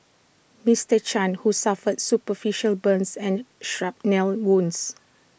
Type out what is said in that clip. Mister chan who suffered superficial burns and shrapnel wounds